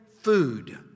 food